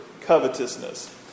covetousness